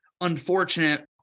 unfortunate